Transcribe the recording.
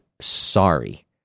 sorry